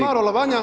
Maro Alavanja